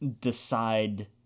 decide